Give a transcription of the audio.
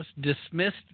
dismissed